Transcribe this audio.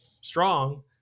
Strong